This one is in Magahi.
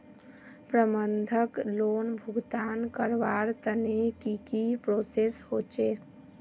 प्रबंधन लोन भुगतान करवार तने की की प्रोसेस होचे?